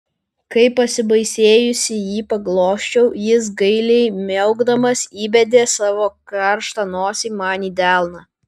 kai pasibaisėjusi jį paglosčiau jis gailiai miaukdamas įbedė savo karštą nosį man į delną